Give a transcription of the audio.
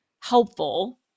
helpful